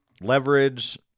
leverage